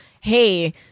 Hey